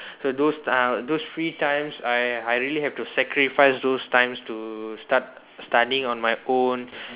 so those uh those free times I I really have to sacrifice those times to start studying on my own